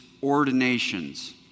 ordinations